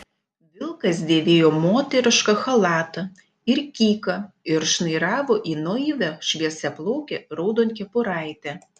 vilkas dėvėjo moterišką chalatą ir kyką ir šnairavo į naivią šviesiaplaukę raudonkepuraitę